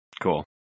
Cool